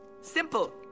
Simple